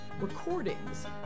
recordings